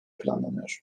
planlanıyor